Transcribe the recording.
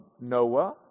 noah